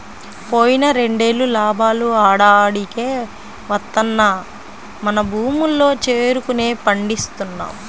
పోయిన రెండేళ్ళు లాభాలు ఆడాడికే వత్తన్నా మన భూముల్లో చెరుకునే పండిస్తున్నాం